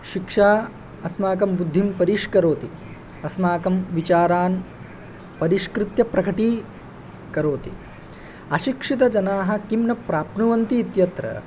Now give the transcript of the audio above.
शिक्षा अस्माकं बुद्धिं परिष्करोति अस्माकं विचारान् परिष्कृत्य प्रकटीकरोति अशिक्षितजनाः किं न प्राप्नुवन्ति इत्यत्र